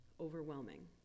overwhelming